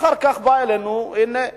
אחר כך באה אלינו הממשלה, הנה,